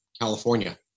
california